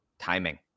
timing